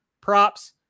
props